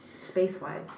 space-wise